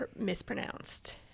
Mispronounced